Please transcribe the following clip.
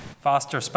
Foster